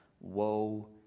woe